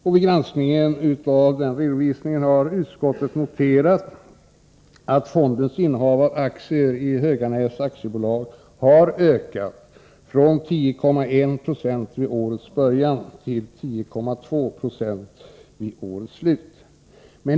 Vid granskningen av årsredovisningen har utskottet noterat att fondens innehav av aktier i Höganäs AB har ökat från 10,1 96 vid årets början till 10,2 26 vid årets slut.